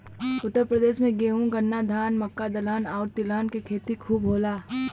उत्तर प्रदेश में गेंहू, गन्ना, धान, मक्का, दलहन आउर तिलहन के खेती खूब होला